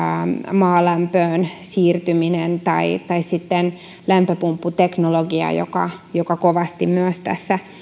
maalämpöön siirtyminen tai tai sitten lämpöpumpputeknologia joka joka myös kovasti